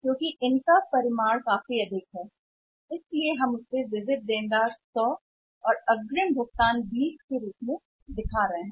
क्योंकि यहां उनका परिमाण काफी अधिक है इसलिए हम दिखा रहे हैं यहाँ 100 ऋणी है और यह 20 जमा राशि है